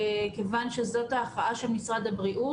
כיוון שזאת ההכרעה של משרד הבריאות,